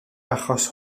achos